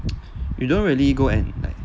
you don't really go and like